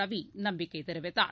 ரவிநம்பிக்கைதெரிவித்தார்